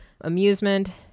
Amusement